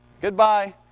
Goodbye